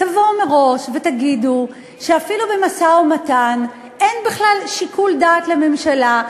תבואו מראש ותגידו שאפילו במשא-ומתן אין בכלל שיקול דעת לממשלה,